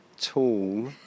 tall